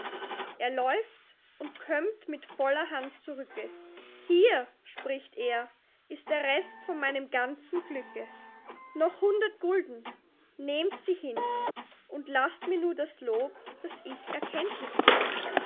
er läuft und kömmt mit voller hand zurücke hier spricht er ist der rest von meinem ganzen glücke noch hundert gulden nehmt sie hin und laßt mir nur das lob daß ich erkenntlich bin